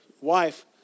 wife